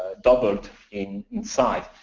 doubled in in size.